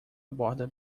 borda